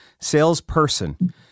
salesperson